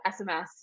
SMS